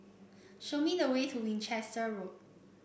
show me the way to Winchester Road